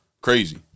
Crazy